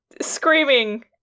screaming